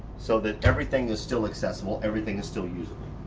so that everything is still accessible, everything is still useful.